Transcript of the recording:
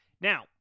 Now